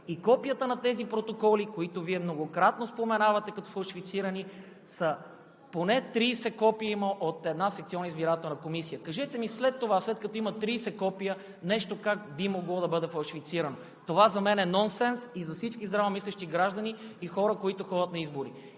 И копията на тези протоколи, които Вие многократно споменавате като фалшифицирани, са поне 30, 30 копия има от една секционна избирателна комисия. Кажете ми: след това, след като има 30 копия, нещо как би могло да бъде фалшифицирано? Това за мен е нонсенс, и за всички здравомислещи граждани и хора, които ходят на избори.